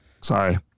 Sorry